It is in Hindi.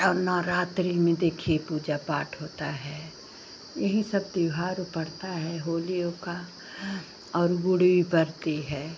और नवरात्री में देखिए पूजा पाठ होता है यही सब त्योहार ओ पड़ता है होली और का और गुड़ी पड़ती है